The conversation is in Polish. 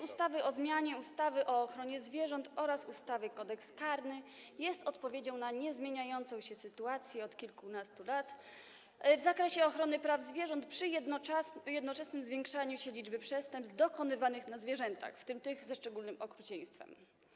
Ustawa o zmianie ustawy o ochronie zwierząt oraz ustawy Kodeks karny jest odpowiedzią na niezmieniającą się od kilkunastu lat sytuację w zakresie ochrony praw zwierząt przy jednoczesnym zwiększaniu się liczby przestępstw dokonywanych na zwierzętach, w tym ze szczególnym okrucieństwem.